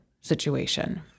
situation